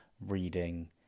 reading